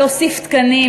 להוסיף תקנים,